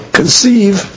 conceive